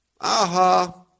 Aha